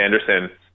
Anderson